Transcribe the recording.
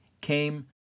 came